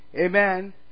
Amen